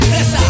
Yes